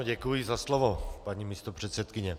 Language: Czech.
Děkuji za slovo, paní místopředsedkyně.